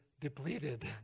depleted